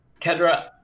Kendra